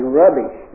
rubbish